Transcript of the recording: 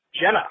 Jenna